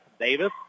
Davis